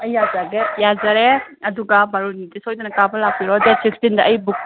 ꯑꯩ ꯌꯥꯖꯔꯦ ꯑꯗꯨꯒ ꯕꯥꯔꯨꯅꯤꯗꯤ ꯁꯣꯏꯗꯅ ꯀꯥꯕ ꯂꯥꯛꯄꯤꯔꯣ ꯗꯦꯠ ꯁꯤꯛꯁꯇꯤꯟꯗ ꯑꯩ ꯕꯨꯛ